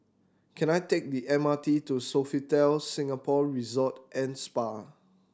can I take the M R T to Sofitel Singapore Resort and Spa